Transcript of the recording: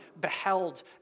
beheld